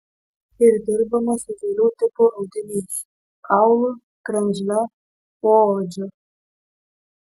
ir dirbama su kelių tipų audiniais kaulu kremzle poodžiu